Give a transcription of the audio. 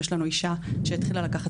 יש לנו אישה שהתחילה לקחת